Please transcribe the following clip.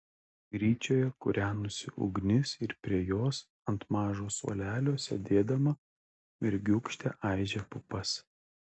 gryčioje kūrenosi ugnis ir prie jos ant mažo suolelio sėdėdama mergiūkštė aižė pupas